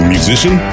Musician